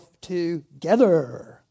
together